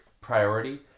priority